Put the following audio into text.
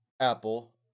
Apple